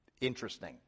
interesting